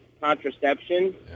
contraception